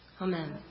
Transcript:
Amen